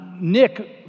Nick